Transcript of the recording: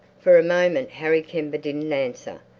for a moment harry kember didn't answer.